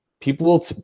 people